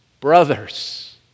brothers